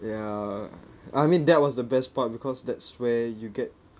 ya I mean that was the best part because that's where you get